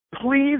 please